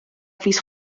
fis